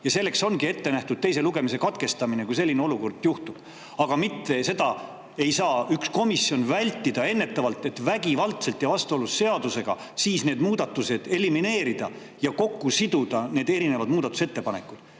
Ja selleks ongi ette nähtud teise lugemise katkestamine, kui selline olukord juhtub. Seda ei saa ükski komisjon ennetavalt vältida: vägivaldselt ja vastuolus seadusega need muudatused elimineerida ja siduda kokku erinevad muudatusettepanekud.